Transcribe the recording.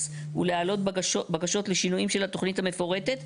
ולהעלות בקשות לשינויים של התוכנית המפורטת,